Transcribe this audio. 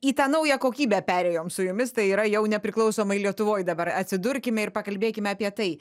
į tą naują kokybę perėjom su jumis tai yra jau nepriklausomoj lietuvoj dabar atsidurkime ir pakalbėkime apie tai